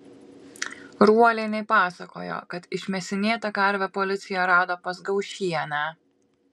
ruolienė pasakojo kad išmėsinėtą karvę policija rado pas gaušienę